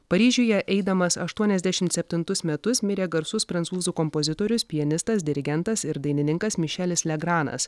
paryžiuje eidamas aštuoniasdešimt septintus metus mirė garsus prancūzų kompozitorius pianistas dirigentas ir dainininkas mišelis legranas